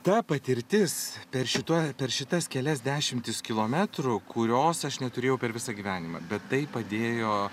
ta patirtis per šituo per šitas kelias dešimtis kilometrų kurios aš neturėjau per visą gyvenimą bet tai padėjo